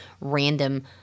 random